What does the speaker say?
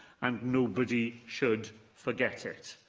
and nobody should forget it,